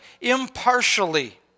impartially